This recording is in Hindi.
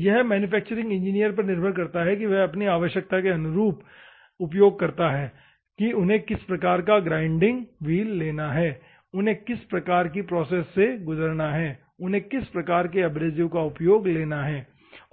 यह मैन्युफैक्चरिंग इंजीनियर पर निर्भर करता है कि वह अपनी आवश्यकता के अनुरूप उपयोग करता है कि उन्हें किस प्रकार का ग्राइंडिंग व्हील लेना है उन्हें किस प्रकार की प्रोसेस से गुजरना है उन्हें किस प्रकार के एब्रेसिव का उपयोग लेना है